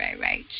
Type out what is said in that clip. right